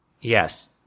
Yes